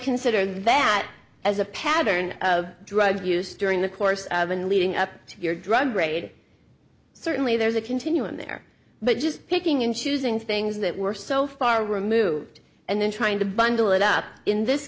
consider that as a pattern of drug use during the course of and leading up to your drug raid certainly there's a continuum there but just picking and choosing things that were so far removed and then trying to bundle it up in this